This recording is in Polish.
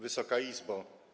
Wysoka Izbo!